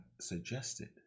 suggested